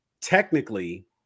Technically